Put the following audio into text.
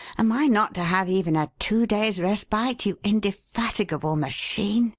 am i not to have even a two days' respite, you indefatigable machine?